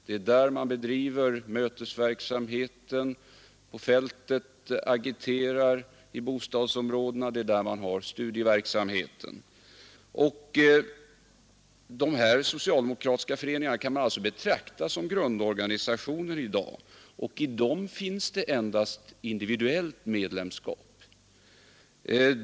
Det är där man bedriver mötesverksamhet på fältet, agiterar i bostadsområden, bedriver studieverksamhet. Dessa socialdemokratiska föreningar kan man i dag betrakta som grundorganisationer, och i dem finns det endast individuellt medlemskap.